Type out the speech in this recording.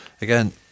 again